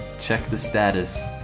check the status